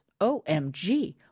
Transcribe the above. OMG